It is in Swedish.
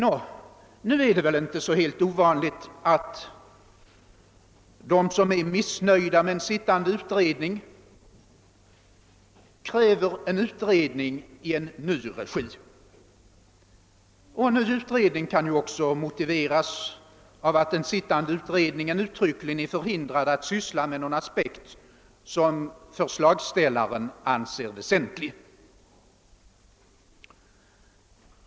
Det är väl inte så ovanligt att de som är missnöjda med en arbetande utredning kräver en utredning i ny regi. En ny utredning kan också motiveras med att den sittande utredningen uttryckligen är förhindrad att ta upp någon aspekt som förslagsställaren anser väsentlig.